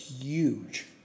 Huge